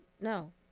no